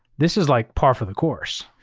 this is like par for the course,